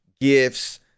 gifts